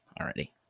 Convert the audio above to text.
already